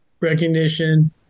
recognition